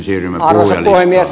arvoisa puhemies